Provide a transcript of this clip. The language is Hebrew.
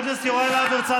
בושה.